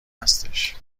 هستش